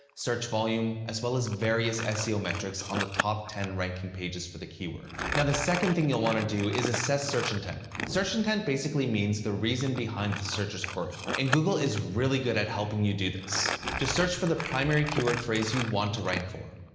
search volume, as well as various seo metrics on the top ten ranking pages for the keyword. now, the second thing you'll want to do is assess search intent. search intent basically means the reason behind the searcher's query. and google is really good at helping you do this. just search for the primary keyword phrase you want to rank for.